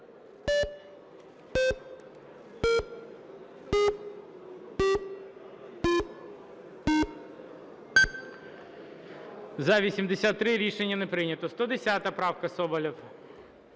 За-83 Рішення не прийнято. 110 правка, Соболєв.